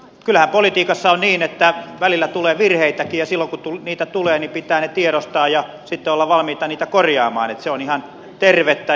kyllähän politiikassa on niin että välillä tulee virheitäkin ja silloin kun niitä tulee pitää ne tiedostaa ja sitten olla valmis niitä korjaamaan se on ihan tervettä